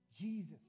Jesus